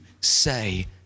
say